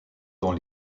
dans